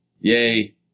Yay